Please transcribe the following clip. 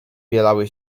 bielały